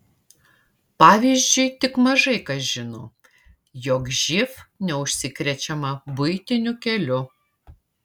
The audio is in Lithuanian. pavyzdžiui tik mažai kas žino jog živ neužsikrečiama buitiniu keliu